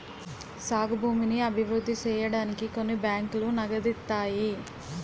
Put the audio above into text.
సాగు భూమిని అభివృద్ధి సేయడానికి కొన్ని బ్యాంకులు నగదిత్తాయి